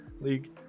league